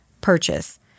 purchase